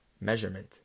Measurement